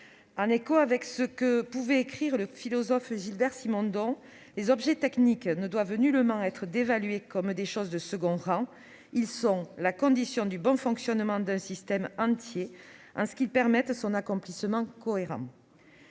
En écho aux écrits du philosophe Gilbert Simondon, les objets techniques ne doivent nullement être dévalués comme des choses de second rang : ils sont la condition du bon fonctionnement d'un système entier, en ce qu'ils permettent son accomplissement cohérent.